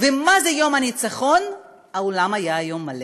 ומה זה יום הניצחון, האולם היה מלא.